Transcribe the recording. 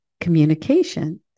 communication